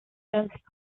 against